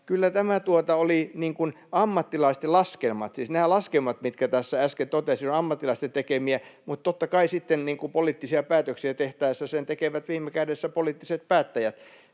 Kyllä nämä olivat ammattilaisten laskelmia, siis nämä laskelmat, mitkä tässä äsken totesin, ovat ammattilaisten tekemiä, mutta totta kai sitten niin kuin poliittisia päätöksiä tehtäessä ne tekevät viime kädessä poliittiset päättäjät.